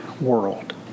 world